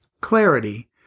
Clarity